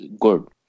good